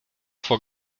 vor